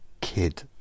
Kid